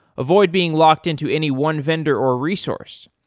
avoid being locked into any one vendor or resource.